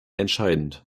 entscheidend